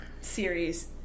series